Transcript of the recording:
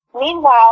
Meanwhile